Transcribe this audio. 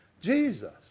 Jesus